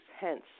hence